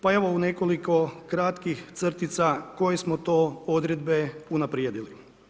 Pa evo u nekoliko kratkih crtica koje smo to odredbe unaprijedili.